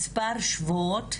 מספר שבועות?